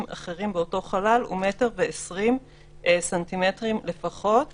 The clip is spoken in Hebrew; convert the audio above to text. אחרים באותו חלל של 1.20 סנטימטרים לפחות -- בישיבה.